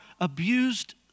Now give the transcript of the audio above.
abused